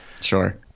Sure